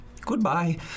Goodbye